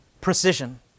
precision